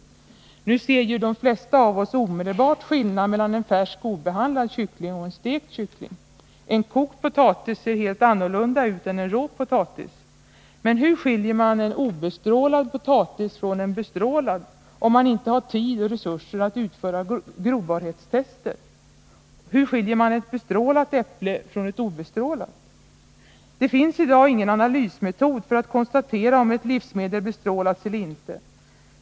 Nu ser ju de flesta av oss omedelbart skillnaden mellan en färsk, obehandlad kyckling och en stekt kyckling. En kokt potatis ser helt annorlunda ut än en rå potatis. Men hur skiljer man en obestrålad potatis från en bestrålad, om man inte har tid och resurser att utföra grobarhetstester? Hur skiljer man ett bestrålat äpple från ett obestrålat? Det finns i dag ingen analysmetod för att konstatera om ett livsmedel bestrålats eller inte.